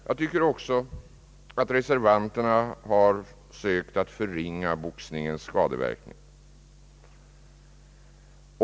Jag anser också att reservanterna har försökt förringa boxningens skadeverkningar.